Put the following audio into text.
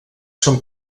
són